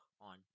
on